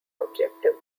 objective